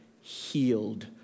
healed